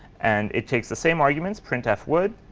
and it takes the same arguments printf would.